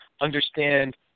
understand